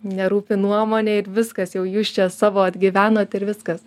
nerūpi nuomonė ir viskas jau jūs čia savo atgyvenot ir viskas